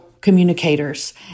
communicators